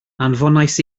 anfonais